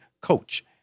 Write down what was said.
Coach